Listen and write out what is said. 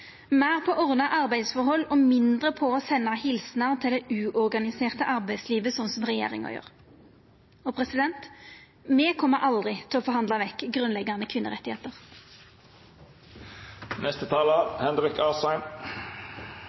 meir på ordna arbeidsforhold og mindre på å senda helsingar til det uorganiserte arbeidslivet, slik regjeringa gjer. Og me kjem aldri til å forhandla vekk